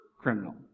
criminal